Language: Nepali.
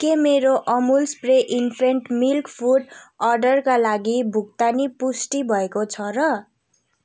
के मेरो Amul spray infant milk food अर्डरका लागि भुक्तानी पुष्टि भएको छ र